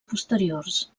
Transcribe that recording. posteriors